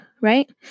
right